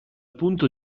punto